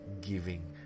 Giving